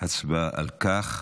הצבעה על כך.